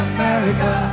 America